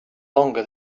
longer